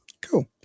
Cool